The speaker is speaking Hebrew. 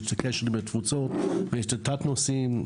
יש הקשר לתפוצות ויש תת נושאים.